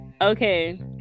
okay